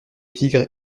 tigre